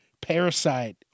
parasite